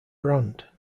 brand